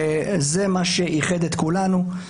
וזה מה שאיחד את כולנו.